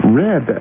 red